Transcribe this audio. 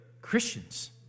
Christians